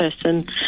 person